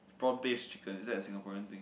prawn paste chicken is that a Singaporean thing